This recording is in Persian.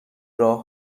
راه